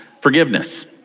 forgiveness